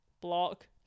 Block